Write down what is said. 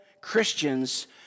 Christians